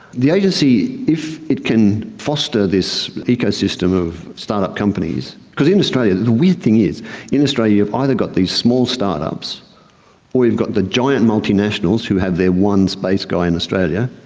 the agency, if it can foster this ecosystem of start-up companies, because in australia, the weird thing is in australia you've either got these small start-ups or you've got the giant multinationals who have their one space guy in australia,